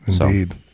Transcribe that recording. Indeed